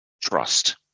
trust